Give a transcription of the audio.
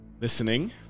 listening